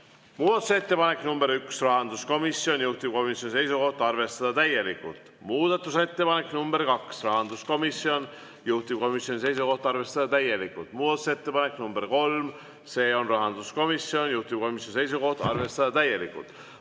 Muudatusettepanek nr 1, rahanduskomisjonilt, juhtivkomisjoni seisukoht on arvestada täielikult. Muudatusettepanek nr 2, rahanduskomisjonilt, juhtivkomisjoni seisukoht on arvestada täielikult. Muudatusettepanek nr 3, see on rahanduskomisjonilt, juhtivkomisjoni seisukoht on arvestada täielikult.